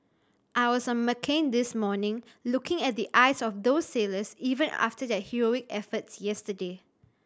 I was on McCain this morning looking at the eyes of those sailors even after their heroic efforts yesterday